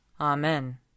Amen